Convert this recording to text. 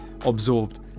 absorbed